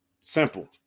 Simple